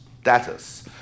status